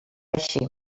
així